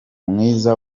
mwiza